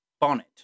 Bonnet